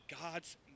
God's